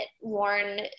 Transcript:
worn